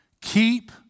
Keep